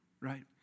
right